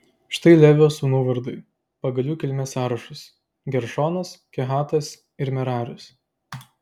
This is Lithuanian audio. štai levio sūnų vardai pagal jų kilmės sąrašus geršonas kehatas ir meraris